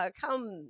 come